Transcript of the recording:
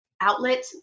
outlet